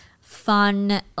Fun